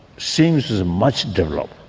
seems as much developed.